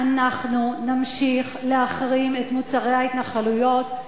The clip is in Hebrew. אנחנו נמשיך להחרים את מוצרי ההתנחלויות.